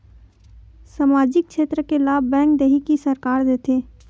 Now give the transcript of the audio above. सामाजिक क्षेत्र के लाभ बैंक देही कि सरकार देथे?